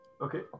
Okay